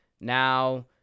now